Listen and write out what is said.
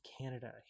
canada